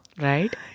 Right